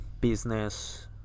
business